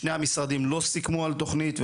שני המשרדים לא סיכמו על תוכנית,